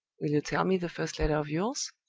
will you tell me the first letter of yours?